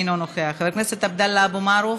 אינו נוכח, חבר הכנסת עבדאללה אבו מערוף,